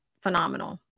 phenomenal